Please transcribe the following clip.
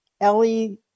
Ellie